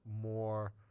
more